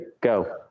Go